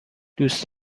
دوست